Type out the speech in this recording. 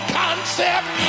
concept